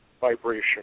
vibration